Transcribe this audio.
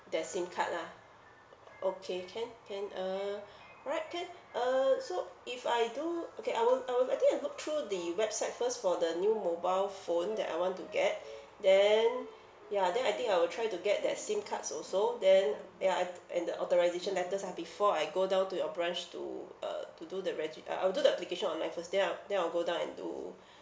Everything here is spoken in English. their SIM card lah okay can can uh alright can uh so if I do okay I will I will I think I look through the website first for the new mobile phone that I want to get then ya then I think I will try to get their SIM cards also then ya I'd and the authorisation letters lah before I go down to your branch to uh to do the regi~ uh I will do the application online first then I'll then I'll go down and do